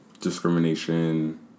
discrimination